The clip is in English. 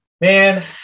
man